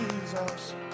Jesus